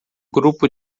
grupo